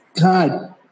God